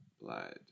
blood